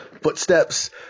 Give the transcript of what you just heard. footsteps